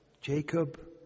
Jacob